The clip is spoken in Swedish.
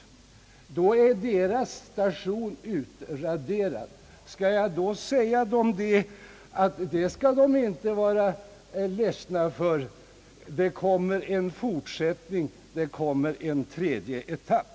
Då är hans station utraderad. Skall jag då säga honom att det skall han inte vara ledsen för, ty det kommer en fortsättning, det kommer en tredje etapp?